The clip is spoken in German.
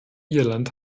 irland